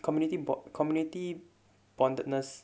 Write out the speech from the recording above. community bo~ community bondedness